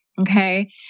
Okay